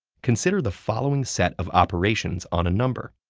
consider the following set of operations on a number.